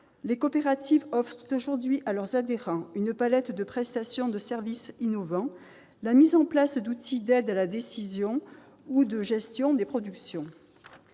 Les coopératives offrent aujourd'hui à leurs adhérents une palette de prestations de services innovants, la mise en place d'outils d'aide à la décision ou de gestion des productions.